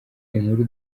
inkuru